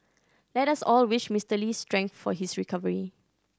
let us all wish Mister Lee strength for his recovery